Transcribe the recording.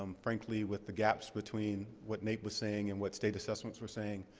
um frankly, with the gaps between what naep was saying and what state assessments were saying.